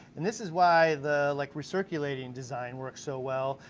and this is why the like recirculating design works so well,